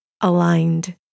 aligned